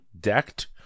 decked